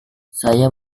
saya